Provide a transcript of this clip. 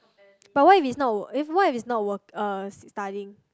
but what if is not wor~ what if is not uh studying